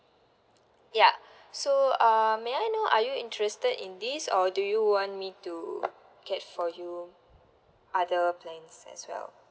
ya so uh may I know are you interested in this or do you want me to get for you other plans as well